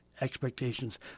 expectations